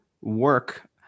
work